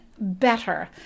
better